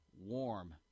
warm